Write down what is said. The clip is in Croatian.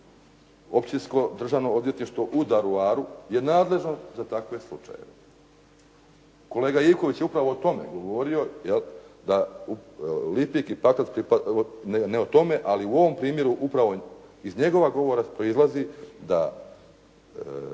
Općinsko državno odvjetništvo u Daruvaru je nadležno za takve slučajeve. Kolega Ivković je upravo o tome govorio da Lipik i Pakrac, ne o tome, ali u ovom primjeru upravo iz njegova govora proizlazi da